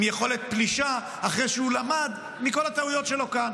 עם יכולת פלישה אחרי שהוא למד מכל הטעויות שלו כאן.